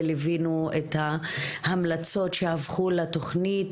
וליווינו את ההמלצות שהפכו לתכנית,